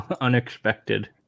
unexpected